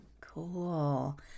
Cool